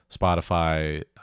Spotify